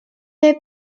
est